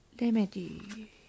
remedy